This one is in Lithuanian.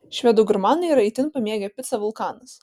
švedų gurmanai yra itin pamėgę picą vulkanas